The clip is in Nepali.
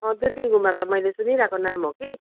अँ दुर्पिन गुम्बा त मैले सुनिरहेको नाम हो कि